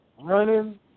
running